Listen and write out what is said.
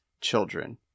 children